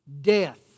death